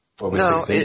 No